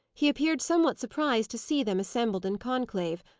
he appeared somewhat surprised to see them assembled in conclave,